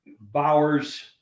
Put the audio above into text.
Bowers